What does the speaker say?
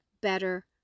better